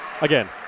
again